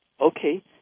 Okay